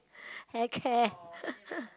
hair care